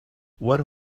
what